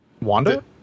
Wanda